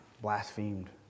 blasphemed